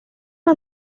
las